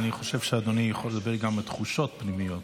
אני חושב שאדוני יכול לדבר גם על תחושות פנימיות.